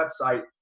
website